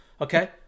Okay